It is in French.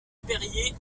perier